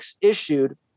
issued